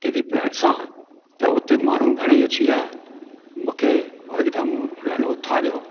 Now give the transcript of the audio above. किरी पियुसि सां त उते माण्हू घणा ई अची या मूंखे अॼु त पिणु उथारियो